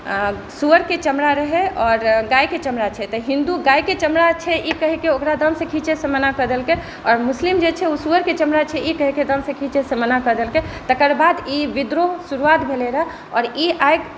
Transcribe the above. सुअरके चमड़ा रहै आओर गायकेँ चमड़ा रहै तऽ हिन्दु गायकेँ चमड़ा छै ई कहिकेँ ओकरा दाँत से खींचे से मन कऽ देलकै आओर मुस्लिम जे छै से सुअरकेँ चमड़ा कहिकेँ दाँत से खिचे से मना कऽ देलकै तकर बाद ई विद्रोह शुरुआत भेलै रहय और ई आगि